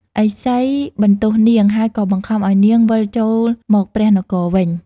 ឥសីបន្ទោសនាង ហើយក៏បង្ខំឱ្យនាងវិលចូលមកព្រះនគរវិញ។